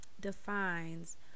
defines